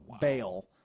bail